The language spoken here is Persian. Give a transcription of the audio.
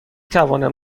توانم